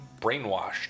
brainwashed